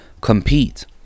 compete